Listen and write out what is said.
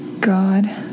God